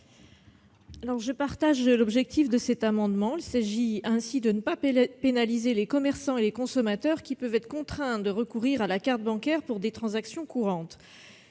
J'approuve l'intention : il s'agit de ne pas pénaliser les commerçants et les consommateurs qui peuvent être contraints de recourir à la carte bancaire pour des transactions courantes.